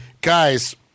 Guys